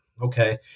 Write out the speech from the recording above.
Okay